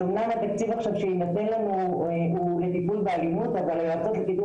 אז אמנם התקציב שיינתן לנו עכשיו הוא לטיפול באלימות אבל היועצות לקידום